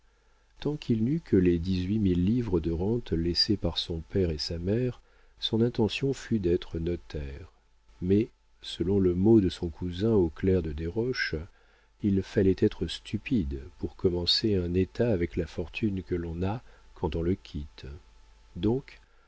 tant qu'il n'eut que les dix-huit mille livres de rente laissées par son père et sa mère son intention fut d'être notaire mais selon le mot de son cousin aux clercs de desroches il fallait être stupide pour commencer un état avec la fortune que l'on a quand on le quitte donc